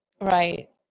right